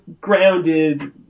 grounded